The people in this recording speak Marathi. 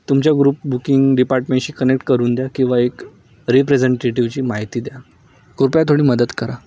तुमच्या ग्रुप बुकिंग डिपार्टमेंटशी कनेक्ट करून द्या किंवा एक रिप्रझेंटेटिव्हची माहिती द्या कृपया थोडी मदत करा